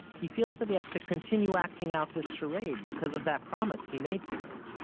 he feels that he has to continue acting out this charade, because of that promise he made to her.